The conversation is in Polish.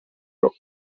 rok